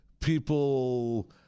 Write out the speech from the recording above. people